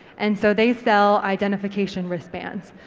and so they sell identification wristbands.